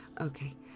Okay